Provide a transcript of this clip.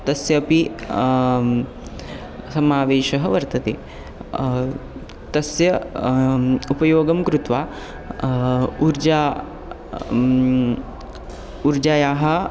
तस्य अपि समावेशः वर्तते तस्य उपयोगं कृत्वा ऊर्जा ऊर्जायाः